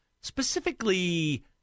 specifically